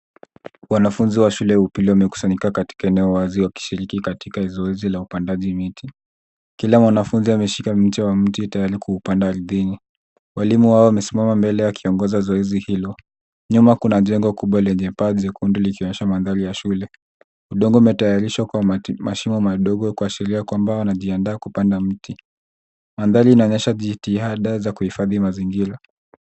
Wanafunzi wa shule ya upili wamekusanyika katika eneo wazi wakishiriki katika zoezi la upandaji miti. Kila wanafunzi wameshika mche wa mti tayari kuupanda ardhini. Walimu wao wamesimama mbele yao wakiongoza zoezi hilo. Nyuma kuna jengo kubwa lenye paa jekundu likionyesha mandhari ya shule. Udongo umetayarishwa kwa mashimo madogo kuashiria kwamba wanajiandaa kupanda miti. Mandhari yanaonyesha jitihada za kuifadhi mazingira.